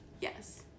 yes